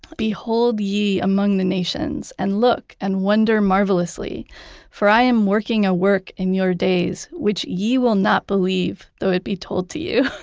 behold ye among the nations, and look, and wonder marvelously for i am working at work in your days, which ye will not believe though it be told to you.